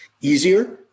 easier